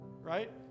right